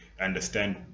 understand